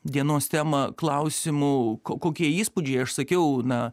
dienos temą klausimu ko kokie įspūdžiai aš sakiau na